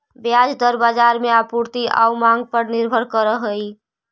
ब्याज दर बाजार में आपूर्ति आउ मांग पर निर्भर करऽ हइ